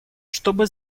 чтобы